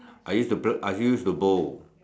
I used to Bo I used to bowl